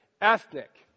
Ethnic